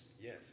Yes